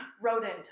rodent